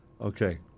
Okay